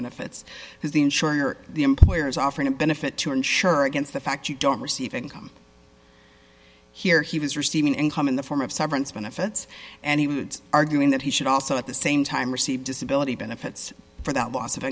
because the insurer the employer is offering a benefit to insure against the fact you don't receive income here he was receiving income in the form of severance benefits and he would arguing that he should also at the same time receive disability benefits for that loss of